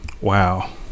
Wow